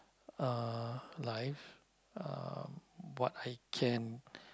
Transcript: uh life uh what I can